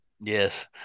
Yes